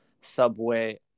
subway